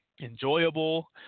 enjoyable